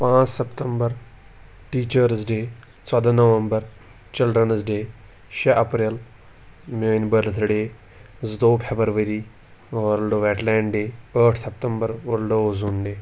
پانٛژ September teachers day ژۅداہ November children's day شےٚ اَپریل میٛٲنۍ بٔرِتھ ڈیٚے زٕتوٚوُہ February world wetland day أٹھ سپتمبَر ؤرلڈ اوزوٗن ڈیٚے